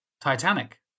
Titanic